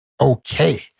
okay